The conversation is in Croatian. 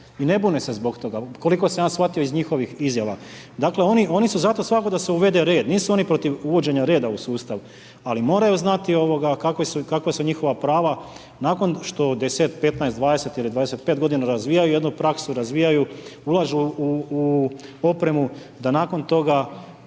Ne bune se zbog toga, koliko sam ja shvatio iz njihovog izjava. Oni su za to, svakako da se uvede red, nisu oni protiv uvođenja reda u sustav, ali moraju znati kakva su njihova prava nakon što 10, 15, 20 ili 25 g. razvijaju jednu praksu, ulažu u opremu da nakon toga